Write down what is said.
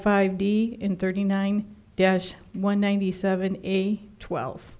five b in thirty nine dash one ninety seven twelve